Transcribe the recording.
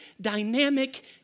dynamic